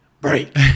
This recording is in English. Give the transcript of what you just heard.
break